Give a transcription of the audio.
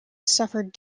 suffered